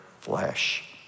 flesh